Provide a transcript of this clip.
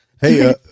hey